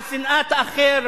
על שנאת האחר,